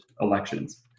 elections